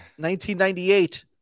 1998